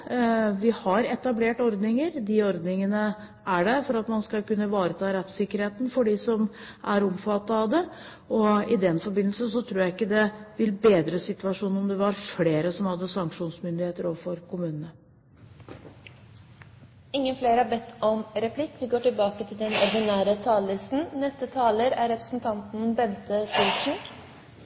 Vi har etablert ordninger. Disse ordningene er der for at man skal kunne ivareta rettssikkerheten for dem som er omfattet av dette. I den forbindelse tror jeg ikke det ville ha bedret situasjonen om flere hadde hatt sanksjonsmuligheter overfor kommunene. Replikkordskiftet er omme. De talere som heretter får ordet, har en taletid på inntil 3 minutter. Som representantforslaget viser til,